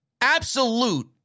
absolute